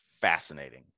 Fascinating